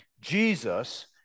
Jesus